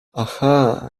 aha